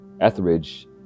Etheridge